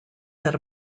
that